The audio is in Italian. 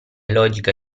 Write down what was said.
logica